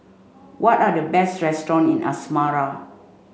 what are the best restaurant in Asmara